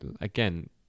again